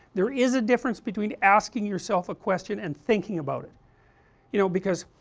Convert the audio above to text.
there is a difference between asking yourself a question and thinking about it you know, because,